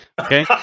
Okay